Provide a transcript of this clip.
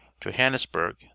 johannesburg